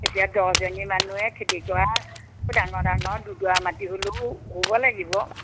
এতিয়া দহজনী মানুহে খেতি কৰা ডাঙৰ ডাঙৰ দুডৰা মাটি হ'লেও হ'ব লাগিব